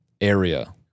area